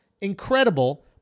incredible